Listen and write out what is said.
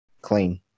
clean